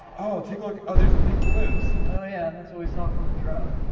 oh, take a look, oh there's the pink balloons. oh yeah, that's what we saw from the drone.